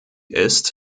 ist